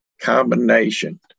combination